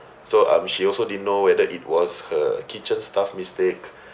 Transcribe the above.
so um she also didn't know whether it was her kitchen staff mistake